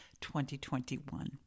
2021